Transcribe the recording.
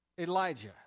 Elijah